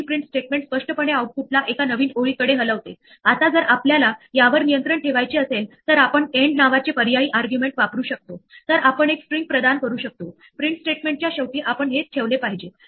zero division error स्पष्टपणे हाताळली जाणार नाही प्रोग्राम रद्द केला जाणार नाही पण झिरो डिव्हिजन एरर असलेल्या कोडची अंमलबजावणी केली जाणार नाही हे असे नाही की ते प्रत्येक ठिकाणी जाऊन एक्सेप्ट स्टेटमेंट ला जुळणारी एरर शोधेल आणि बाकीचे वगळेल